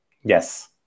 Yes